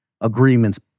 agreement's